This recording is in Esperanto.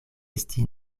esti